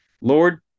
Lord